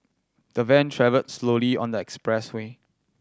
the van travelled slowly on the expressway